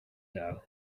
know